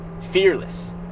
Fearless